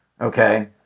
Okay